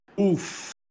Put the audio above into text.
Oof